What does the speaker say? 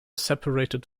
separated